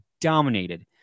dominated